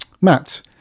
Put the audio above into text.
Matt